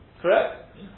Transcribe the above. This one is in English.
Correct